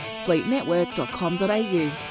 Fleetnetwork.com.au